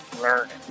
learning